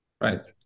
right